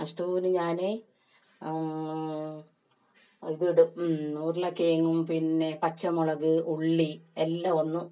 സ്റ്റൂവിൽ ഞാൻ ഇത് ഇടും ഉരുളക്കിഴങ്ങും പിന്നെ പച്ചമുളക് ഉള്ളി എല്ലാം ഒന്ന്